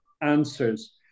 answers